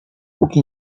póki